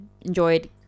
enjoyed